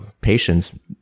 patients